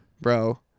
Bro